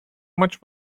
much